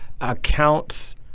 accounts